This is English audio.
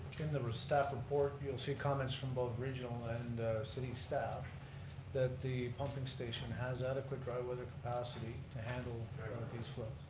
in the staff report you'll see comments from both regional and city staff that the pumping station has adequate dry weather capacity to handle one of these floods.